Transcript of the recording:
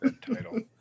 title